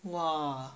!wah!